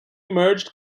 merged